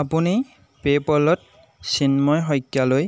আপুনি পে'পলত চিন্ময় শইকীয়ালৈ